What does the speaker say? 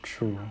true